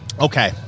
Okay